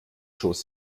schoß